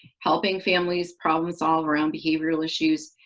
helping families problem solve around behavioral issues.